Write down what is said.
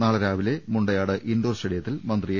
നാലെ രാവിലെ Mundayad indoor സ്റ്റേഡിയത്തിൽ മന്ത്രി എ